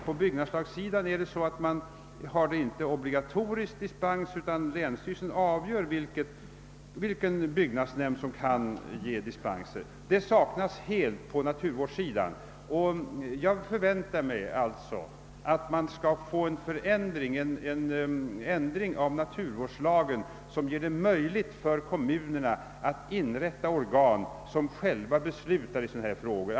På byggnadslagsidan förekommer inte obligatorisk dispens, utan länsstyrelsen avgör vilka byggnadsnämnder som får ge dispens. En sådan möjlighet saknas helt på naturvårdssidan. Jag förväntar mig alltså en ändring av naturvårdslagen som gör det möjligt för kommunerna att inrätta organ som själva beslutar i sådana frågor.